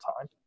time